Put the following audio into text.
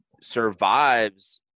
survives